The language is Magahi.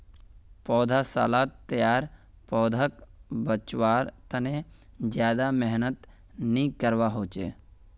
पौधसालात तैयार पौधाक बच्वार तने ज्यादा मेहनत नि करवा होचे